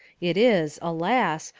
it is, alas!